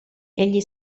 egli